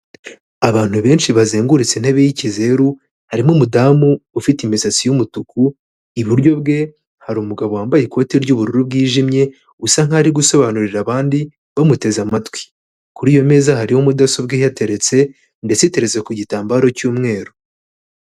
Abantu benshi bazengurutse intebe y'ikizeru, harimo umu damu ufite imisatsi y'umutuku, iburyo bwe, harimu umugabo wambaye ikote ry'ubururu bwijimye, usa nkaho ari gusobanurira abandi, bamuteze amatwi. Kuri iyo meza hariho mudasobwa iheteretse, ndetse itereza ku gitambaro cy'umweru.